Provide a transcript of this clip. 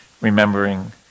remembering